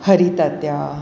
Hari Tatya